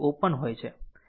તેથી 100 તેથી RN 50 Ω છે